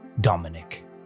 Dominic